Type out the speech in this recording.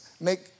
make